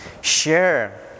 share